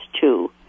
two